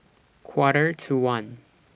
Quarter to one